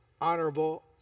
honorable